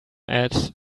add